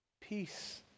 peace